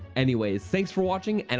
anyways, thanks for watching, and